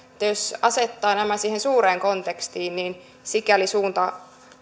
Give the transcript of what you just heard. jos asettaa nämä siihen suureen kontekstiin niin sikäli suunta